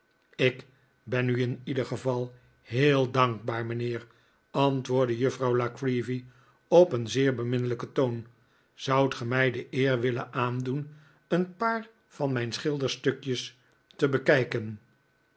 ik ben u in ieder geval heel dankbaar mijnheer antwoordde juffrouw la creevy op een zeer beminnelijken toon zbudt ge mij de eer willen aandoen een paar van mijn schilderstukjes te bekijken